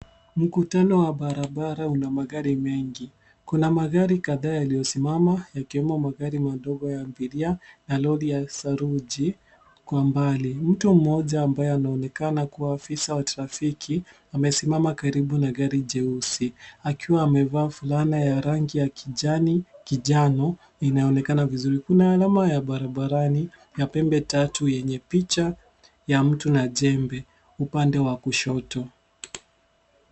Mkutano wa barabara una magari mengi. Kuna magari kadhaa yaliyosimama yakiwemo magari madogo ya abiria na lori la saruji kwa mbali. Mtu mmoja ambaye anaonekana kuwa afisa wa trafiki amesimama karibu na gari jeusi, akiwa amevaa fulana ya rangi ya kijani, kinjano, inaonekana vizuri. Kuna alama ya barabarani ya pembe tatu yenye picha ya mtu na jembe, upande wa kushoto.